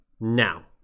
Now